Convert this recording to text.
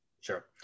Sure